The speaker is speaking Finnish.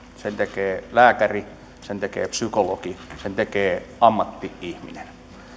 sen tekee lääkäri sen tekee psykologi sen tekee ammatti ihminen